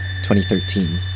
2013